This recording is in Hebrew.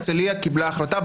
הרצליה קיבלה החלטה,